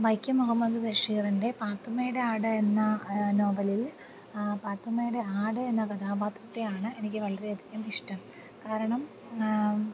വൈക്കം മുഹമ്മദ് ബഷീറിൻ്റെ പാത്തുമ്മയുടെ ആട് എന്ന നോവലിൽ പാത്തുമ്മയുടെ ആട് എന്ന കഥാപാത്രത്തെയാണ് എനിക്ക് വളരെയധികം ഇഷ്ടം കാരണം